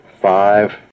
five